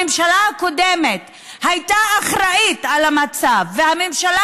הממשלה הקודמת הייתה אחראית למצב והממשלה